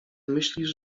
myślisz